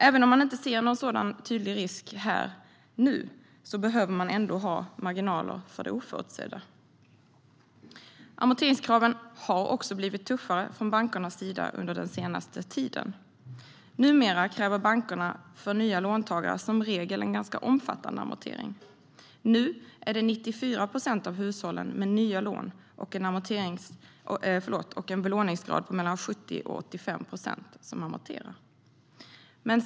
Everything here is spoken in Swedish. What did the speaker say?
Även om man inte ser någon sådan tydlig risk här och nu behöver man ändå ha marginaler för det oförutsedda. Amorteringskraven har också blivit tuffare från bankernas sida under den senaste tiden. Numera kräver bankerna för nya låntagare som regel en ganska omfattande amortering. Nu är det 94 procent av hushållen med nya lån och en belåningsgrad på mellan 70 och 85 procent som amorterar.